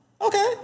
okay